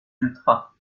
ultras